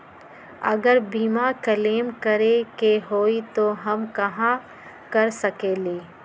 अगर बीमा क्लेम करे के होई त हम कहा कर सकेली?